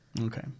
Okay